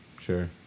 Sure